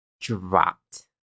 dropped